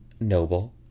Noble